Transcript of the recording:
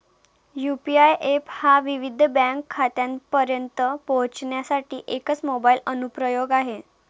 UPI app हा विविध bank खात्यांपर्यंत पोहोचण्यासाठी एकच मोबाइल अनुप्रयोग आहे